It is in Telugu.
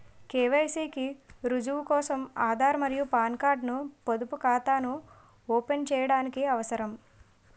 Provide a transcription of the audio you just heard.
కె.వై.సి కి రుజువు కోసం ఆధార్ మరియు పాన్ కార్డ్ ను పొదుపు ఖాతాను ఓపెన్ చేయడానికి అవసరం